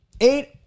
Eight